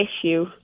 issue